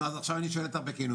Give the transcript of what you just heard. נו אז עכשיו אני שואל אותך בכנות,